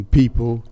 people